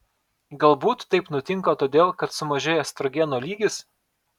galbūt taip nutinka todėl kad sumažėja estrogeno lygis